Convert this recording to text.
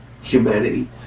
humanity